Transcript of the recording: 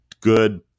good